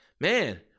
man